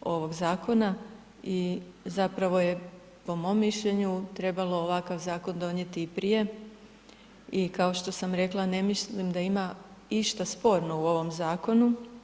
ovog zakona i zapravo je po mom mišljenju trebalo ovakav zakon donijeti i prije i kao što sam rekla ne mislim da ima išta sporno u ovom zakonu.